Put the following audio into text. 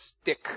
stick